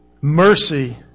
mercy